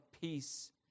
peace